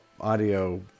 audio